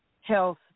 Health